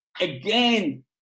again